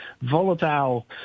volatile